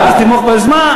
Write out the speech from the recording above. ואז תתמוך ביוזמה?